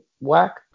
whack